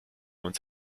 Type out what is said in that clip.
uns